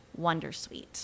Wondersuite